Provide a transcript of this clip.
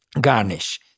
garnish